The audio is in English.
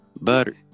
butter